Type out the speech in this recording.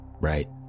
right